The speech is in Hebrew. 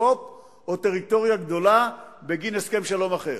או טריטוריה גדולה בגין הסכם שלום אחר.